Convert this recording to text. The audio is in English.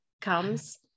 comes